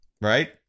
right